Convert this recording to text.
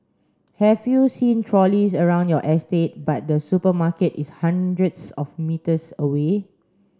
have you seen trolleys around your estate but the supermarket is hundreds of metres away